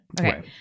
okay